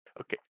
okay